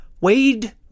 Wade